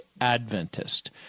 Adventist